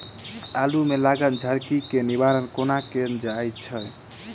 आलु मे लागल झरकी केँ निवारण कोना कैल जाय छै?